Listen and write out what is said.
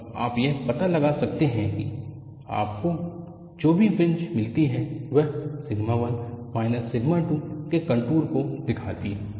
अब आप यह पता लगा सकते हैं कि आपको जो भी फ्रिंज मिलती हैं वह सिग्मा 1 माइनस सिग्मा 2 के कंटूर को दिखाती हैं